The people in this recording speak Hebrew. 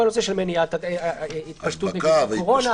כל נושא התפשטות נגיף הקורונה,